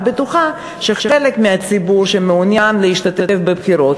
אני בטוחה שחלק מהציבור שמעוניין להשתתף בבחירות